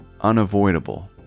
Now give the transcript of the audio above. unavoidable